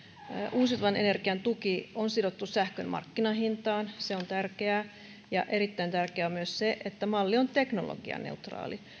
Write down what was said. uusiutuvan energian tuki on sidottu sähkön markkinahintaan ja se on tärkeää erittäin tärkeää on myös se että malli on teknologianeutraali